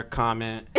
comment